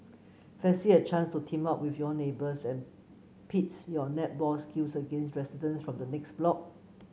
fancy a chance to team up with your neighbours and pits your netball skills against resident from the next block